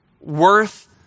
worth